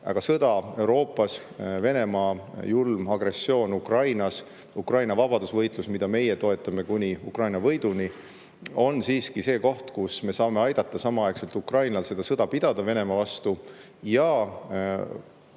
aga sõda Euroopas, Venemaa julm agressioon Ukrainas, Ukraina vabadusvõitlus, mida meie toetame kuni Ukraina võiduni, on siiski see koht, kus me saame aidata samaaegselt Ukrainal seda sõda pidada Venemaa vastu ja luua